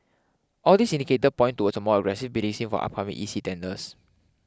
all these indicators point towards a more aggressive bidding scene for upcoming E C tenders